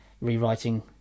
rewriting